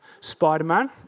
Spider-Man